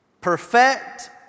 perfect